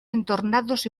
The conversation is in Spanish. entornados